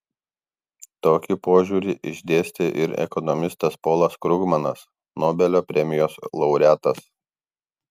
tokį požiūrį išdėstė ir ekonomistas polas krugmanas nobelio premijos laureatas